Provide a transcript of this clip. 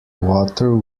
water